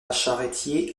charretier